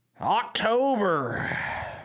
October